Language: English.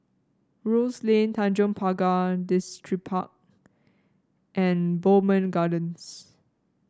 Rose Lane Tanjong Pagar Distripark and Bowmont Gardens